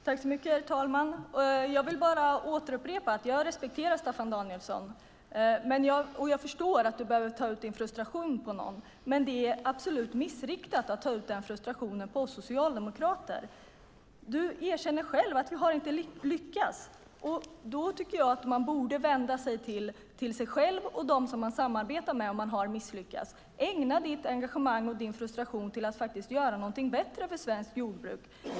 Herr talman! Jag vill bara upprepa att jag respekterar Staffan Danielsson. Jag förstår att du behöver ta ut din frustration på någon, men det är absolut missriktat att ta ut denna frustration på oss socialdemokrater. Du erkänner själv att ni inte har lyckats. Om man har misslyckats tycker jag att man borde vända sig till sig själv och dem som man samarbetar med. Ägna ditt engagemang och din frustration åt att göra någonting bättre för svenskt jordbruk!